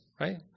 right